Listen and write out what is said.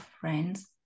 friends